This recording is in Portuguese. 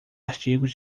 artigos